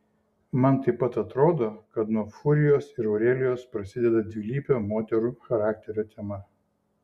man taip pat atrodo kad nuo furijos ir aurelijos prasideda dvilypio moterų charakterio tema